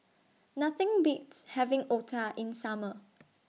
Nothing Beats having Otah in Summer